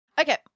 Okay